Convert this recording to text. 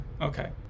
Okay